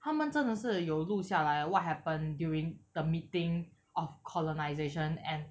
他们真的是有录下来 what happened during the meeting of colonisation and